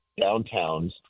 downtowns